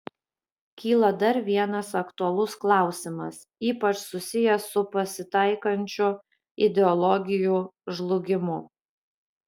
kyla dar vienas aktualus klausimas ypač susijęs su pasitaikančiu ideologijų žlugimu